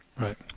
Right